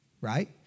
right